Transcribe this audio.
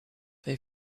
they